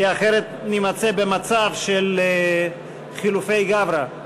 כי אחרת נימצא במצב של חילופי גברי.